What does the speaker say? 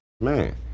man